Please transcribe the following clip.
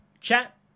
Chat